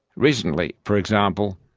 recently, for example,